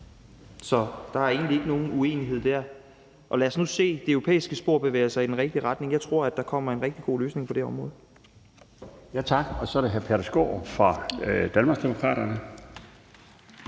Så der er egentlig ikke nogen uenighed der. Lad os nu se, det europæiske spor bevæger sig i den rigtige retning. Jeg tror, at der kommer en rigtig god løsning på det område. Kl. 16:39 Den fg. formand (Bjarne